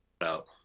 out